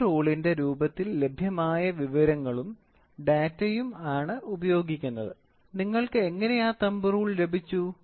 thumb റൂളിന്റെ രൂപത്തിൽ ലഭ്യമായ വിവരങ്ങളും ഡാറ്റയും ആണ് ഉപയോഗിക്കുന്നത് നിങ്ങൾക്ക് എങ്ങനെ ആ തമ്പ് റൂൾ ലഭിച്ചു